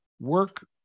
work